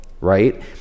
right